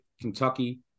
Kentucky